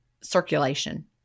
circulation